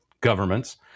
governments